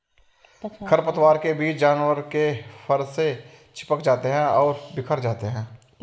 खरपतवार के बीज जानवर के फर से चिपक जाते हैं और बिखर जाते हैं